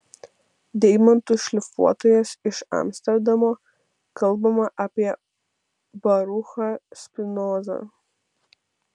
deimantų šlifuotojas iš amsterdamo kalbama apie baruchą spinozą